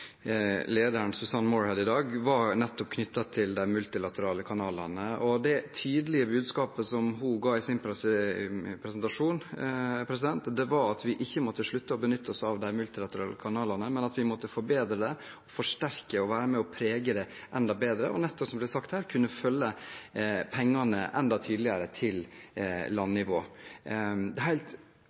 lederen, Susan Moorehead, i dag, var nettopp knyttet til de multilaterale kanalene. Det tydelige budskapet som hun ga i sin presentasjon, var at vi ikke måtte slutte å benytte oss av de multilaterale kanalene, men at vi måtte forbedre det, forsterke og være med og prege det enda bedre, og, som det nettopp ble sagt her, kunne følge pengene enda tydeligere til landnivå. Vi er helt overbevist om at det er